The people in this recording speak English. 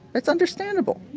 that's understandable.